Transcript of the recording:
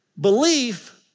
belief